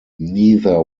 neither